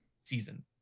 season